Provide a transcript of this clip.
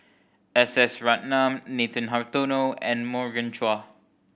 S S Ratnam Nathan Hartono and Morgan Chua